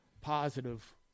positive